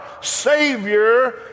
savior